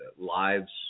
lives